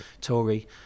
tory